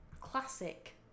classic